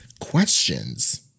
questions